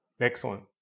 Excellent